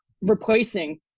replacing